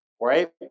right